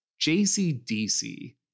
JCDC